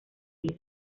vida